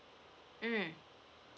mm